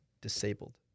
disabled